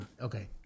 Okay